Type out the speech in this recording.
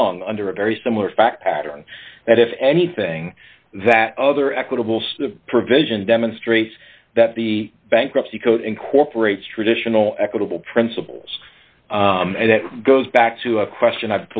young under a very similar fact pattern that if anything that other equitable so the provision demonstrates that the bankruptcy code incorporates traditional equitable principles and that goes back to a question i